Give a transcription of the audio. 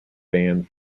band